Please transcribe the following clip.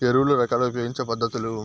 ఎరువుల రకాలు ఉపయోగించే పద్ధతులు?